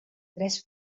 tres